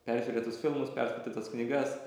peržiūrėtus filmus perskaitytas knygas